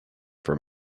from